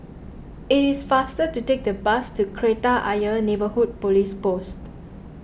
it is faster to take the bus to Kreta Ayer Neighbourhood Police Post